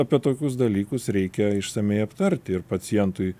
apie tokius dalykus reikia išsamiai aptarti ir pacientui